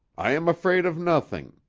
i am afraid of nothing,